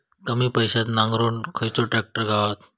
कमी पैशात नांगरुक खयचो ट्रॅक्टर गावात?